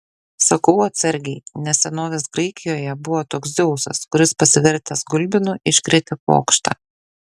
sakau atsargiai nes senovės graikijoje buvo toks dzeusas kuris pasivertęs gulbinu iškrėtė pokštą